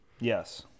Yes